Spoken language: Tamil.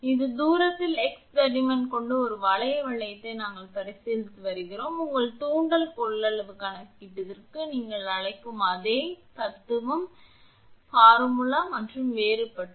எனவே தூரத்தில் உள்ள x தடிமன் கொண்ட இந்த வளைய வளையத்தை நாங்கள் பரிசீலித்து வருகிறோம் உங்கள் தூண்டல் கொள்ளளவு கணக்கீட்டிற்கு நீங்கள் அழைக்கும் அதே தத்துவம் சூத்திரங்கள் மட்டுமே வேறுபட்டவை